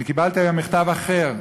אני קיבלתי היום מכתב אחר,